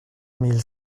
mille